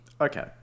Okay